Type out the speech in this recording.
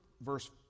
verse